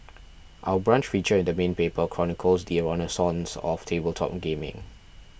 Our Brunch feature in the main paper chronicles the renaissance of tabletop gaming